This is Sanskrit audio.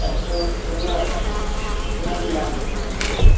अस्तु धन्यवादः पुनर्मिलामः महोदयः